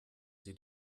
sie